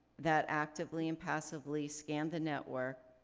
that actively and passively scan the network.